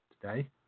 today